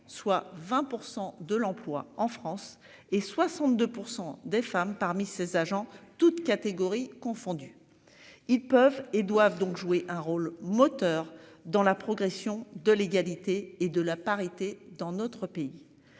soit 20% de l'emploi en France et 62% des femmes parmi ses agents toutes catégories confondues. Ils peuvent et doivent donc jouer un rôle moteur dans la progression de l'égalité et de la parité dans notre pays.